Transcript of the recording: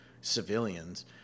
civilians